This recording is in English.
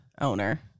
owner